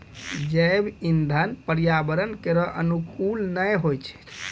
जैव इंधन पर्यावरण केरो अनुकूल नै होय छै